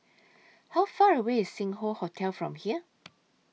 How Far away IS Sing Hoe Hotel from here